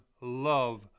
love